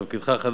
על תפקידך החדש.